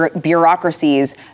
bureaucracies